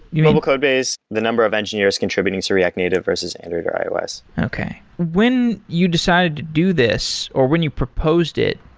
you mean? mobile codebase, the number of engineers contributing to react native versus android or ios okay. when you decided to do this, or when you proposed it,